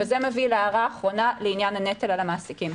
וזה מביא להערה האחרונה לעניין הנטל על המעסיקים.